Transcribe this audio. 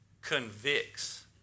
convicts